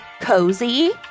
cozy